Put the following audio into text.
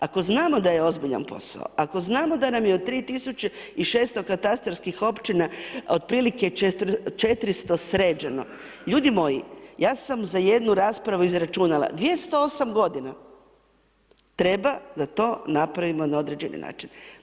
Ako znamo da je ozbiljan posao, ako znamo da nam je u 3600 katastarskih općina otprilike 400 sređeno, ljudi moji, ja sam za jednu raspravu izračunala, 208 godina treba da to napravimo na određeni način.